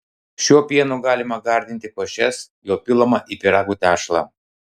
šiuo pienu galima gardinti košes jo pilama į pyragų tešlą